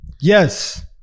Yes